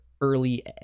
early